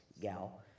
gal